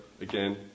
Again